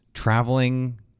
Traveling